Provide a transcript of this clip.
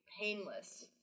painless